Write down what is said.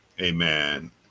amen